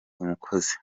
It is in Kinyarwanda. umukozi